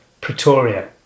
Pretoria